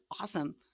awesome